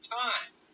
time